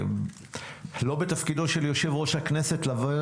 לא בתפקידו של יושב-ראש הכנסת להביא